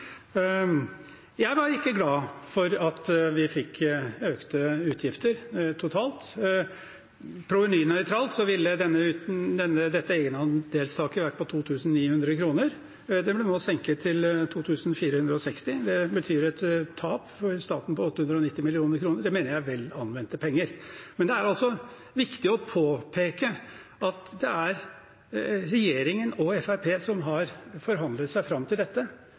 Jeg var ikke glad for at vi fikk økte utgifter totalt. Provenynøytralt ville dette egenandelstaket vært på 2 900 kr, det ble nå senket til 2 460 kr. Det betyr et tap for staten på 890 mill. kr. Det mener jeg er vel anvendte penger. Men det er viktig å påpeke at det er regjeringen og Fremskrittspartiet som har forhandlet seg fram til dette.